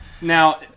Now